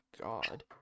God